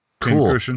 Cool